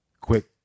quick